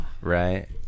Right